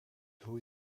hoe